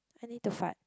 I need to fart